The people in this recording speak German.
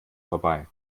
vorbei